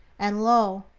and, lo!